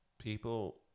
people